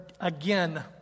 again